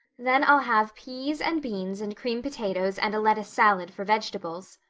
then i'll have peas and beans and creamed potatoes and a lettuce salad, for vegetables,